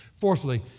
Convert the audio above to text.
Fourthly